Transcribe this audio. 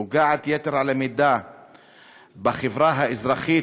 פוגעת יתר על המידה בחברה האזרחית,